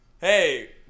hey